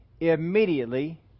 Immediately